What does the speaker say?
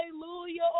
Hallelujah